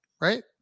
right